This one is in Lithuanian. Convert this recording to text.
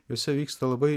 jose vyksta labai